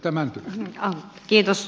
arvoisa puhemies